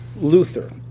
Luther